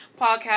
podcast